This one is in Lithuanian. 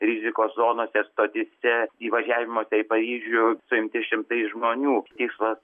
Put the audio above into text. rizikos zonose stotyse įvažiavimuose į paryžių suimti šimtai žmonių tikslas